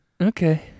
Okay